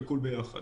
הכול יחד.